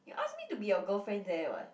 you ask me to be your girlfriend there [what]